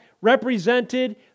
represented